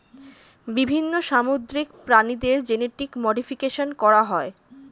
বিভিন্ন সামুদ্রিক প্রাণীদের জেনেটিক মডিফিকেশন করা হয়